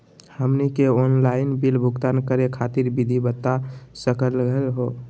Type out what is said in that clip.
हमनी के online bill भुगतान करे खातीर विधि बता सकलघ हो?